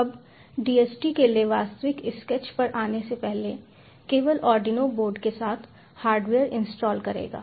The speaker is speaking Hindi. अब DHT के लिए वास्तविक स्केच पर आने से पहले केवल आर्डिनो बोर्ड के साथ हार्डवेयर इंस्टॉल करेगा